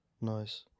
Nice